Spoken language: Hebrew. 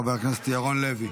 חבר הכנסת ירון לוי.